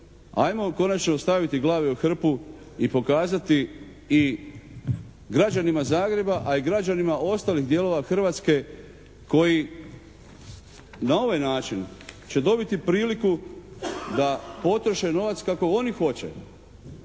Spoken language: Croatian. Ajmo konačno staviti glave u hrpu i pokazati i građanima Zagreba, a i građanima ostalih dijelova Hrvatske koji na ovaj način će dobiti priliku da potroše novac kako oni hoće,